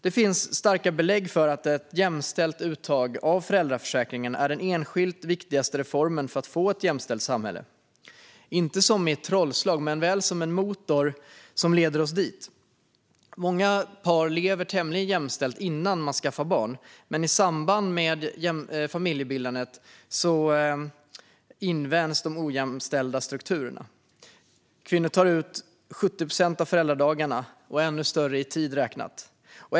Det finns starka belägg för att ett jämställt uttag av föräldraförsäkringen är den enskilt viktigaste reformen för att få ett jämställt samhälle - inte som i ett trollslag men väl som en motor som leder oss dit. Många par lever tämligen jämställt innan de skaffar barn, men i samband med familjebildandet invänjs de ojämställda strukturerna. Kvinnor tar ut 70 procent av föräldradagarna och en ännu större andel i tid räknat.